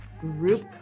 group